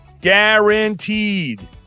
guaranteed